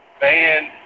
band